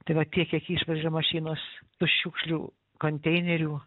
tai va tiek kiek išveža mašinos šiukšlių konteinerių